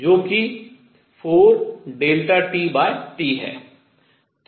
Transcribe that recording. जो कि 4ΔTT है